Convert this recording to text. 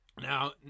Now